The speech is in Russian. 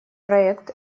проект